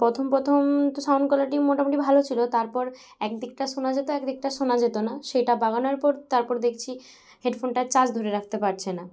প্রথম প্রথম তো সাউণ্ড কোয়ালিটি মোটামুটি ভালো ছিল তারপর এক দিকটা শোনা যেতো এক দিকটা শোনা যেতো না সেটা বাগানোর পর তারপর দেখছি হেডফোনটা চার্জ ধরে রাখতে পারছে না